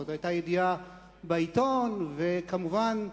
זאת היתה ידיעה בעיתון, וכמובן,